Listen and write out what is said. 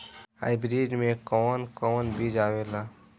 Hybrid में कोवन कोवन बीज आवेला?